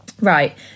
Right